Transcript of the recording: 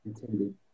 intended